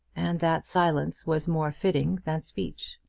and that silence was more fitting than speech.